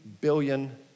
billion